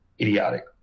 idiotic